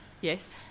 Yes